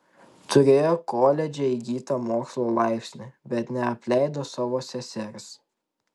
turėjo koledže įgytą mokslo laipsnį bet neapleido savo sesers